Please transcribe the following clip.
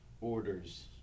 orders